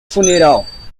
funeral